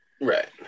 Right